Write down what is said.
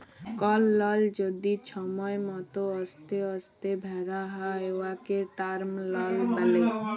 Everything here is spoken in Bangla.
কল লল যদি ছময় মত অস্তে অস্তে ভ্যরা হ্যয় উয়াকে টার্ম লল ব্যলে